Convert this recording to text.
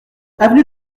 avenue